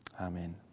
Amen